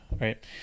right